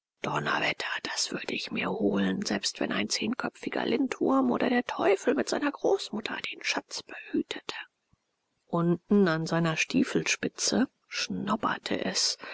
donnerwetter das würde ich mir holen selbst wenn ein zehnköpfiger lindwurm oder der teufel mit seiner großmutter den schatz behütete unten an seiner stiefelspitze schnoberte es